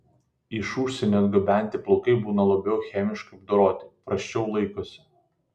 iš užsienio atgabenti plaukai būna labiau chemiškai apdoroti prasčiau laikosi